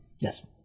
yes